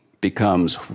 becomes